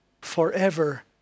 forever